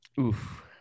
Oof